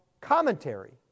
commentary